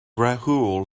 rahul